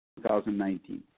2019